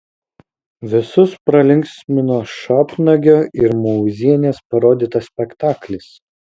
visus pralinksmino šapnagio ir mauzienės parodytas spektaklis